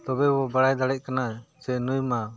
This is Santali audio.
ᱛᱚᱵᱮᱵᱚᱱ ᱵᱟᱲᱟᱭ ᱫᱟᱲᱮᱜ ᱠᱟᱱᱟ ᱥᱮ ᱱᱩᱭᱼᱢᱟ